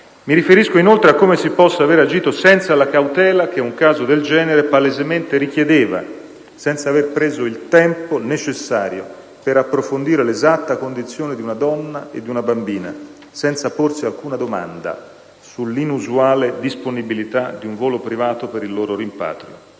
Mi riferisco inoltre a come si possa aver agito senza la cautela che un caso del genere palesemente richiedeva, senza aver preso il tempo necessario per approfondire l'esatta condizione di una donna e di una bambina, senza porsi alcuna domanda sull'inusuale disponibilità di un volo privato per il loro rimpatrio.